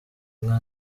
nka